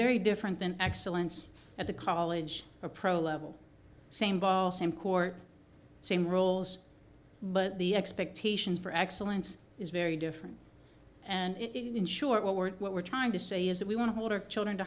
very different than excellence at the college or pro level same vaal same core same roles but the expectations for excellence is very different and in short what we're what we're trying to say is that we want to hold her children to